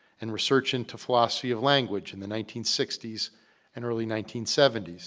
and research into philosophy of language in the nineteen sixty s and early nineteen seventy s.